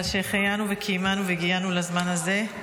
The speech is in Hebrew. אבל שהחיינו וקיימנו והגיענו לזמן הזה.